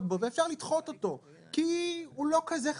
בו ואפשר לדחות אותו כי הוא לא כזה חשוב.